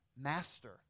master